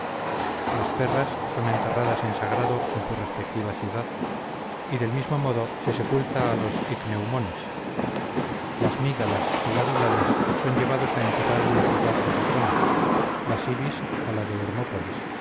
las perras son enterradas en sagrado en su respectiva ciudad y del mismo modo se sepulta a los icneumones las mígalas y gavilanes son llevados a enterrar en la ciudad de butona las ibis a la de